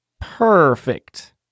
perfect